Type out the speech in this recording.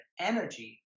energy